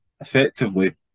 effectively